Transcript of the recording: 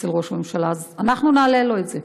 אצל ראש הממשלה, אז, אנחנו נעלה את זה.